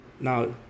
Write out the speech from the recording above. Now